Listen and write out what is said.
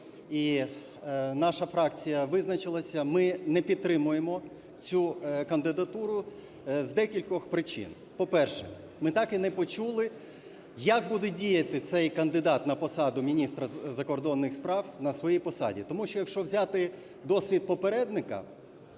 І наша фракція визначилася. Ми не підтримуємо цю кандидатуру з декількох причин. По-перше, ми так і не почули як буде діяти цей кандидат на посаду міністра закордонних справ на своїй посаді, тому що, якщо взяти досвід попередника,